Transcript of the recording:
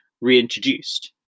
reintroduced